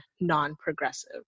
non-progressive